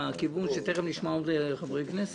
תכף נשמע עוד חברי כנסת.